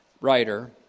writer